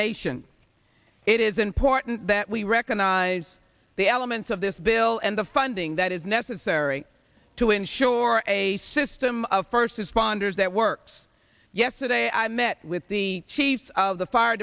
nation it is important that we recognize the elements of this bill and the funding that is necessary to ensure a system of first responders that works yesterday i met with the chiefs of the fire